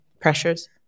pressures